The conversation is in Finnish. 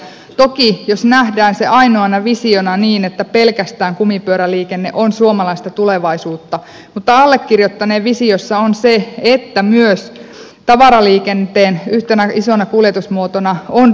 toki jos nähdään se ainoana visiona niin että pelkästään kumipyöräliikenne on suomalaista tulevaisuutta mutta allekirjoittaneen visiossa on se että myös tavaraliikenteen yhtenä isona kuljetusmuotona ovat raiteet